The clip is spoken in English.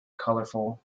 colorful